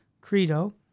credo